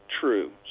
true